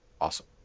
Awesome